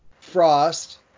Frost